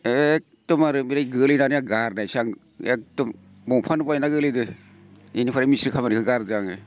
एखदमबारे ओमफ्राय गोग्लैनानै गारनायसै आं एखदम दंफांआनो बायनानै गोग्लैदों इनिफ्रायनो मिस्थ्रि खामानिखो गारदों आङो